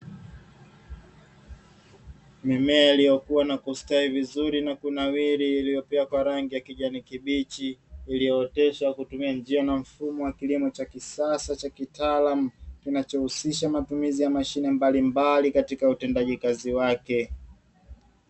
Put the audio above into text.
Mimea iliokua na kustawi vizuri na kunawiri, iliopea kwa rangi ya kijani kibichi iliyooteshwa kutumia njia na mfumo wa kilimo cha kisasa cha kitaalamu kinachohusisha matumizi ya mashine mbalimbali katika utendaji kazi wake.